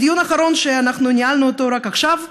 דיון אחרון שאנחנו ניהלנו רק עכשיו,